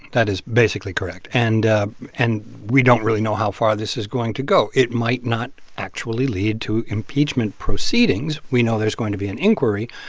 that is basically correct. and ah and we don't really know how far this is going to go. it might not actually lead to impeachment proceedings. we know there's going to be an inquiry,